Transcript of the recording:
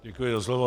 Děkuji za slovo.